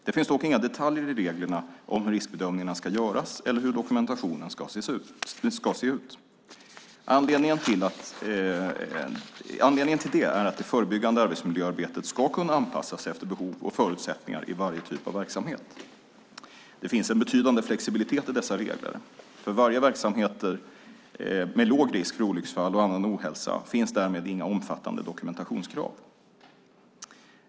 Det finns dock inga detaljer i reglerna om hur riskbedömningarna ska göras, eller hur dokumentationen ska se ut. Anledningen till det är att det förebyggande arbetsmiljöarbetet ska kunna anpassas efter behov och förutsättningar i varje typ av verksamhet. Det finns en betydande flexibilitet i dessa regler. För verksamheter med låg risk för olycksfall och annan ohälsa finns därmed inga omfattande dokumentationskrav.